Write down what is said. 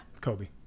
Kobe